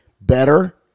better